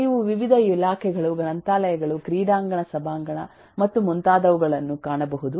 ನೀವು ವಿವಿಧ ಇಲಾಖೆಗಳು ಗ್ರಂಥಾಲಯಗಳು ಕ್ರೀಡಾಂಗಣ ಸಭಾಂಗಣ ಮತ್ತು ಮುಂತಾದವುಗಳನ್ನು ಕಾಣಬಹುದು